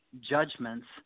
judgments